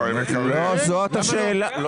ועדת החריגים היא